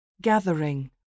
gathering